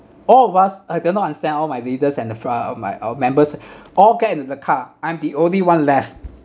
all of us I do not understand all my leaders and the frie~ all my all members all get in the car I'm the only one left